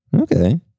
Okay